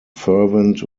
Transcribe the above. fervent